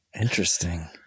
Interesting